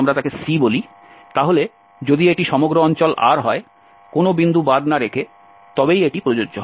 তাহলে যদি এটি সমগ্র অঞ্চল R হয় কোনও বিন্দু বাদ না রেখে তবেই এটি প্রযোজ্য হবে